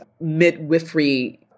midwifery